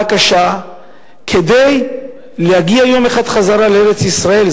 הקשה כדי להגיע יום אחד חזרה לארץ-ישראל.